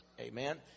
Amen